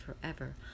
forever